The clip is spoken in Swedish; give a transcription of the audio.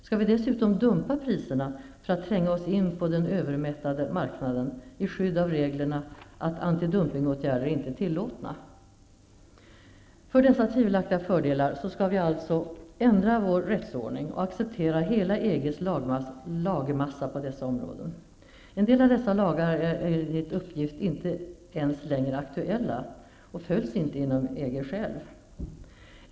Skall vi dessutom dumpa priserna för att tränga oss in på den övermättade marknaden, i skydd av reglerna att antidumping inte är tillåten? För dessa tvivelaktiga fördelar skall vi alltså ändra vår rättsordning och acceptera hela EG:s lagmassa på dessa områden. En del av dessa lagar är enligt uppgift inte ens längre aktuella, och de följs inte heller inom EG.